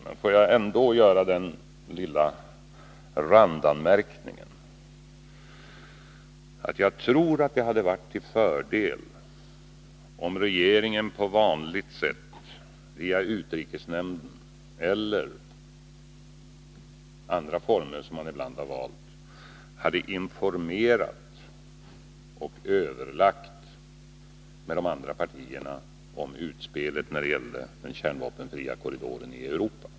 Men får jag ändå göra den lilla randanmärkningen att jag tror att det hade varit till fördel om regeringen på vanligt sätt, via utrikesnämnden eller i andra former som man ibland har valt, hade informerat — och överlagt med — de andra partierna om utspelet när det gällde den kärnvapenfria korridoren i Europa.